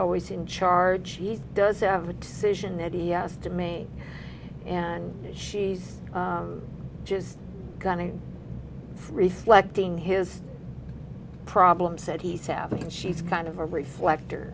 always in charge he does have a decision that he has to me and she's just got to reflect in his problem said he's having she's kind of a reflect